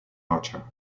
archer